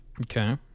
Okay